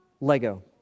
Lego